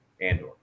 Andor